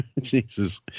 Jesus